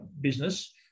business